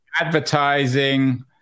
advertising